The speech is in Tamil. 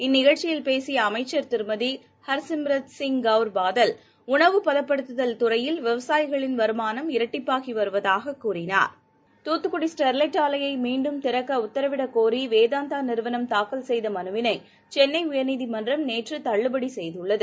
இந்நிகழ்ச்சியில் பேசியஅமைச்சர் திருமததிஹர்சிம்ரத் சிங் கௌர் பாதல் உணவு பதப்படுத்துதல் துறையால் விவசாயிகளின் வருமானம் இரட்டிப்பாகிவருவதாககூறினார் தூத்துக்குடி ஸ்டெர்வைட் ஆலையைமீண்டும் திறக்கஉத்தரவிடக்கோரிவேதாந்தாநிறுவனம் தாக்கல் செய்தமனுவினைசென்னைஉயர்நீதிமன்றம் நேற்றுதள்ளுபடிசெய்துள்ளது